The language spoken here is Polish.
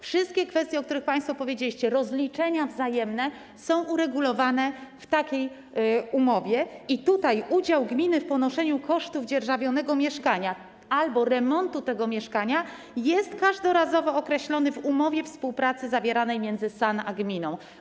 Wszystkie kwestie, o których państwo powiedzieliście, wzajemne rozliczenia, są uregulowane w takiej umowie i udział gminy w ponoszeniu kosztów dzierżawionego mieszkania albo remontu tego mieszkania jest każdorazowo określony w umowie współpracy zawieranej między SAN a gminą.